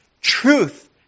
Truth